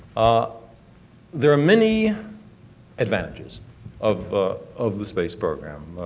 ah there are many advantages of of the space program.